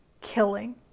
killing